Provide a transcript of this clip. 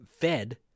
fed